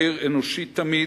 מאיר, אנושי תמיד,